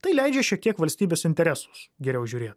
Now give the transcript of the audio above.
tai leidžia šiek tiek valstybės interesus geriau žiūrėti